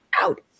out